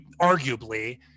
arguably